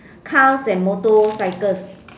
cars and motorcycles